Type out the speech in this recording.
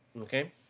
okay